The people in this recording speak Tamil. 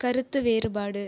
கருத்து வேறுபாடு